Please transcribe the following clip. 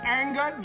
anger